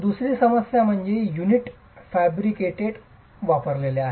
दुसरी समस्या म्हणजे युनिट प्रीफेब्रिकेटेड वापरलेले आहे